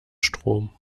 strom